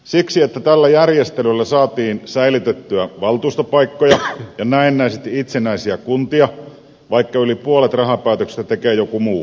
siksi että tällä järjestelyllä saatiin säilytettyä valtuustopaikkoja ja näennäisesti itsenäisiä kuntia vaikka yli puolet rahapäätöksistä tekee joku muu